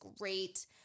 great